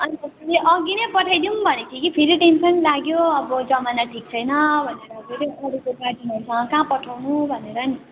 अन्त फेरि अघि नै पठाइदिऊँ भनेको थिएँ कि फेरि टेन्सन लाग्यो अब जमाना ठिक छैन भनेर फेरि अरूको गार्जेनहरूसँग कहाँ पठाउनु भनेर नि